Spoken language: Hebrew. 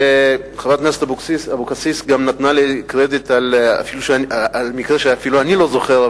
וחברת הכנסת אורלי אבקסיס גם נתנה לי קרדיט על מקרה שאני אפילו לא זוכר,